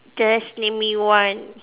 just name me one